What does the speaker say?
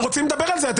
אנחנו רוצים לדבר על זה.